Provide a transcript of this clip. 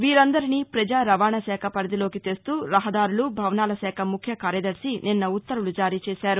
వీరందరిని ప్రజా రవాణాశాఖ పరిధిలోకి తెస్తూ రహదారులు భవనాలశాఖ ముఖ్య కార్యదర్శి నిన్న ఉత్తర్వులు జారీచేశారు